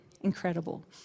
incredible